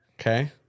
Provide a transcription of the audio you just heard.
Okay